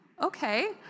Okay